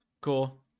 Cool